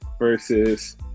versus